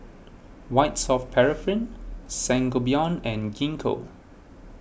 White Soft Paraffin Sangobion and Gingko